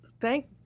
thank